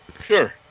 Sure